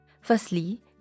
Firstly